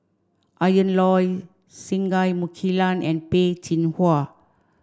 Ian Loy Singai Mukilan and Peh Chin Hua